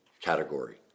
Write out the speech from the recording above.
category